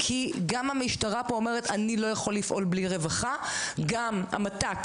כי גם המשטרה פה אומרת "אני לא יכול לפעול בלי רווחה" וגם במת"ק